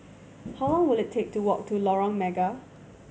how long will it take to walk to Lorong Mega